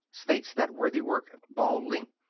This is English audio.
states that worthy work, baldly,